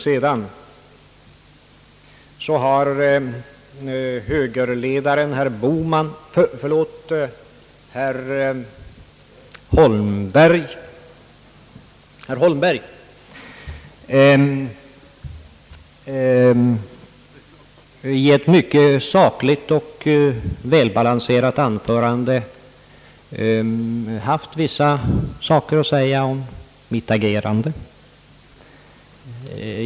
Sedan har högerledaren, herr Boman, nej förlåt herr Holmberg, i ett mycket »sakligt och välbalanserat» anförande haft vissa saker att säga om mitt agerande.